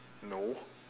no